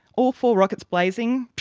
all four rockets blazing,